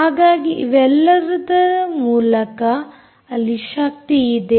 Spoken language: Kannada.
ಹಾಗಾಗಿ ಇವೆಲ್ಲದರ ಮೂಲಕ ಅಲ್ಲಿ ಶಕ್ತಿಯಿದೆ